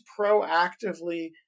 proactively